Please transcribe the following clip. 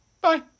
Bye